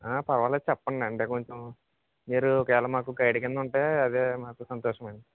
పర్వాలేదు చెప్పండి అంటే కొంచెం మీరు ఒక వేళ మాకు గైడ్ కింద ఉంటే అదే మాకు సంతోషమండి